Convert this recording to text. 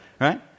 right